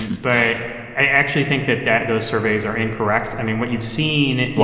but i actually think that that those surveys are incorrect. i mean, what you've seen. why?